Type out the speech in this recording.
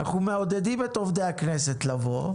אנחנו מעודדים את עובדי הכנסת לבוא,